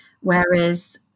Whereas